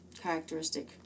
characteristic